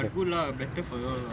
but good better for you all lah